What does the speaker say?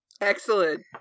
Excellent